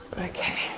okay